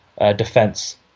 defense